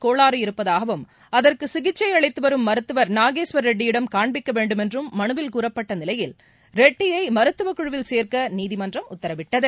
கோளாறு இருப்பதாகவும் அதற்கு சிகிச்சை அளித்து வரும் மருத்துவர் நாகேஸ்வர் ரெட்டியிடம் கான்பிக்க வேண்டும் என்றும் மனுவில் கூறப்பட்ட நிலையில் ரெட்டியை மருத்துவக் குழுவில் சேர்க்க நீதிமன்றம் உத்தரவிட்டது